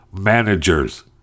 managers